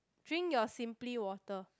drink your simply water